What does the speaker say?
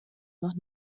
noch